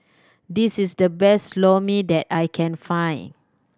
this is the best Lor Mee that I can find